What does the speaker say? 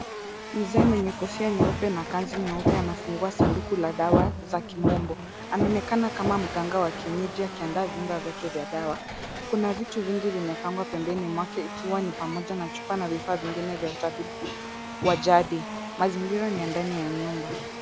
Mzee mwenye kofia nyeupe na kanzu nyeupe anafungua sanduku la dawa za kimombo. Anaonekana kama mganga wa kienyeji akiandaa viungo vyake vya dawa. Kuna vitu vingi vimepangwa pembeni mwake ikiwa ni pamoja na chupa na vifaa vingine vya utabibu wa jadi. Mazingira ni ya ndani ya nyumba.